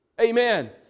Amen